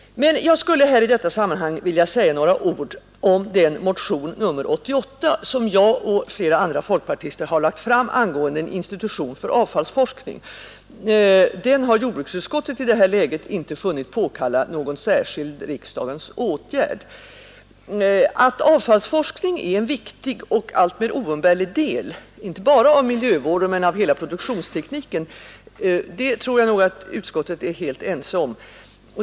Men jag skulle i detta sammanhang vilja säga några ord om motionen 88 angående en institution för avfallsforskning, som jag och flera andra folkpartister har lagt fram och som jordbruksutskottet i detta läge inte har funnit påkalla någon särskild riksdagens åtgärd. Att avfallsforskning är en viktig och alltmer oumbärlig del, inte bara av miljövården utan av hela produktionstekniken, torde utskottet vara enigt om.